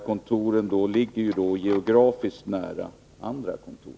Kontoren ligger dessutom geografiskt nära andra kontor.